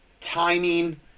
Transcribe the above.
timing